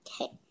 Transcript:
Okay